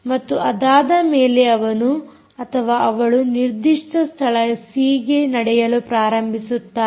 ಮತ್ತು ಅದಾದ ಮೇಲೆ ಅವನು ಅಥವಾ ಅವಳು ನಿರ್ದಿಷ್ಟ ಸ್ಥಳ ಸಿಗೆ ನಡೆಯಲು ಪ್ರಾರಂಭಿಸುತ್ತಾರೆ